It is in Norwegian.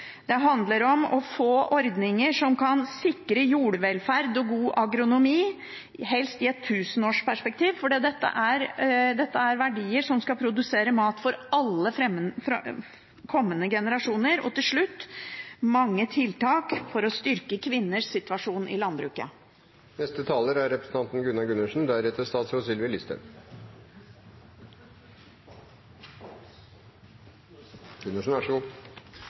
Det handler om å få ordninger som kan sikre jordvelferd og god agronomi, helst i et tusenårsperspektiv, for dette er verdier som skal produsere mat for alle kommende generasjoner. Og til slutt: Vi har mange tiltak for å styrke kvinners situasjon i landbruket. Jeg tror ikke jeg skal kommentere foregående taler